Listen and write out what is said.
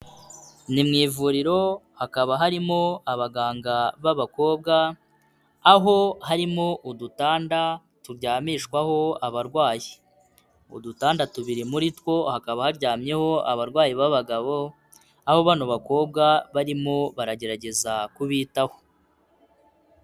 Ni mu ivuriro hakaba harimo abaganga b'abakobwa, aho harimo udutanda turyamishwaho abarwayi. Udutanda tubiri muri two hakaba haryamyeho abarwayi b'abagabo, aho bano bakobwa barimo baragerageza kubitaho.